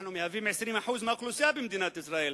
אנחנו מהווים 20% מהאוכלוסייה במדינת ישראל.